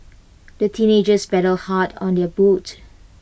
the teenagers paddled hard on their boat